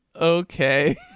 okay